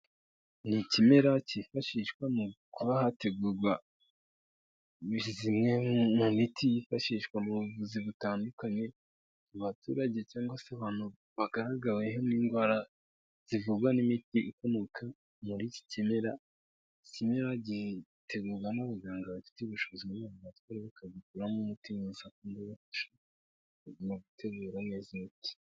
Ni ikimera cyifashishwa mu kuba hategurwa imwe mu miti yifashishwa mu buvuzi butandukanye, ku baturage cyangwa se abantu bagaragawe n'indwara zivugwa n'imiti ikomoka muri iki kimera. Iki kimera gitegurwa n'abaganga babifitiye ubushobozi bwo gutegura ibimera bakabikuramo imiti iteguye neza .